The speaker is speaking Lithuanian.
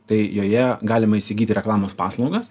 tai joje galima įsigyti reklamos paslaugas